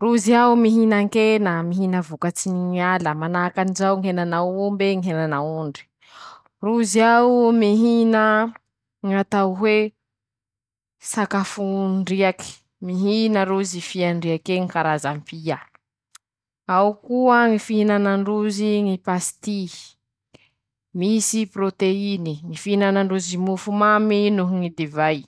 Rozy ao mihinankena, mihina vokatsy ny ñy ala, manahakanjao ñy henan'aomby, ñy henan'aondry, rozy ao mihina ñatao hoe, sakafondriaky, mihina rozy sakafo andriak'eñy karazampia, 5 ao koa ñy fihinanandrozy ñy pasity, misy proteiny, ñy fihinanandrozy mofo mamy no ñy divay.